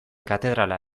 katedrala